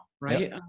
right